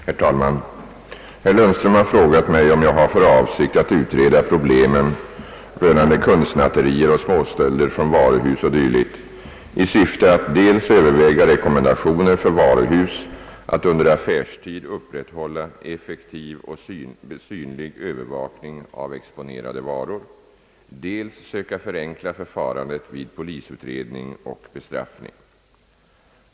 Herr talman! Herr Lundström har frågat mig om jag har för avsikt att utreda problemen rörande kundsnatterier och småstölder från varuhus o.d. i syfte att dels överväga rekommendationer för varuhus att under affärstid upprätta effektiv och synlig övervakning av exponerade varor, dels söka förenkla förfarandet vid polisutredning och bestraffning.